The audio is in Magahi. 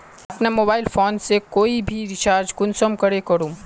अपना मोबाईल फोन से कोई भी रिचार्ज कुंसम करे करूम?